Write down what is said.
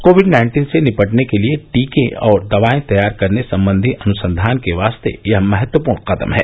Covid nineteen से निपटने के लिए टीके और दवाएं तैयार करने संबंधी अनुसंधान के वास्ते यह महत्वपूर्ण कदम है